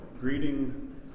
greeting